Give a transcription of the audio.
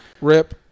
Rip